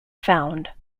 found